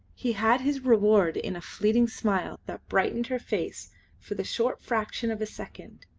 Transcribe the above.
he had his reward in a fleeting smile that brightened her face for the short fraction of a second,